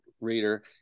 Reader